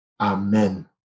Amen